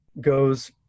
goes